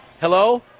Hello